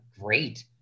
great